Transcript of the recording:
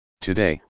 Today